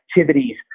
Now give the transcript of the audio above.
activities